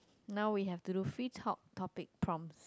now we have to do flip hot topics from